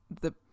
the-